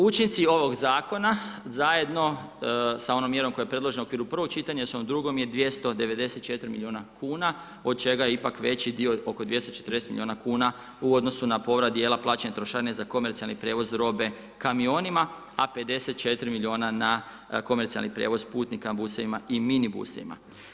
Učinci ovog zakona, zajedno s onom mjerom koja je predložena u prvom čitanju, s onom drugom je 294 milijuna kn, od čega je ipak veći dio oko 240 milijuna kn, u odnosu na povrat dijela plaćenih trošarina, za komercijalni prijevoz robe kamionima, a 54 milijuna na komercijalni prijevoz putnika, buseva i mini busevima.